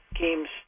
games